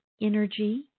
energy